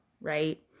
right